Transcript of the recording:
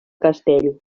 castell